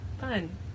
Fun